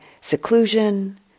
seclusion